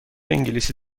انگلیسی